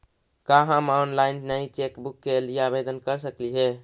का हम ऑनलाइन नई चेकबुक के लिए आवेदन कर सकली हे